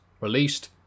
released